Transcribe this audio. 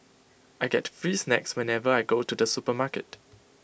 I get free snacks whenever I go to the supermarket